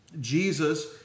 Jesus